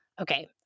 okay